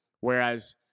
Whereas